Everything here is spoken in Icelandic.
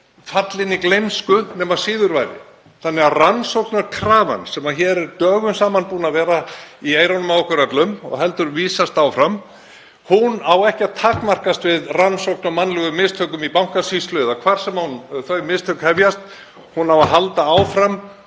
fallin í gleymsku, nema síður væri. Þannig að rannsóknarkrafan sem hér er dögum saman búin að vera í eyrunum á okkur öllum, og heldur vísast áfram, á ekki að takmarkast við rannsókn á mannlegum mistökum í bankasýslu eða hvar sem þau mistök hefjast. Hún á að halda áfram